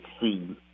see